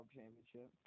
Championship